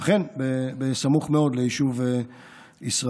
אכן, בסמוך מאוד ליישוב ישראלי.